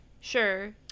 Sure